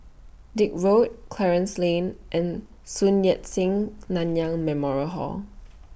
Dix Road Clarence Lane and Sun Yat Sen Nanyang Memorial Hall